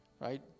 right